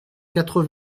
quatre